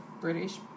British